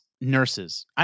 nurses